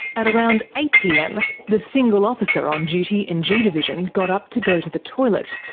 at around eight pm, the single officer on duty in g division got up to go to the toilet,